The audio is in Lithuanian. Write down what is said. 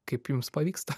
kaip jums pavyksta